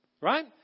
right